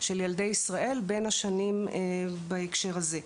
של ילדי ישראל בין השנים בהקשר הזה.